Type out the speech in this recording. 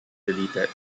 deleted